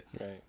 Right